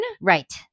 Right